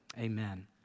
Amen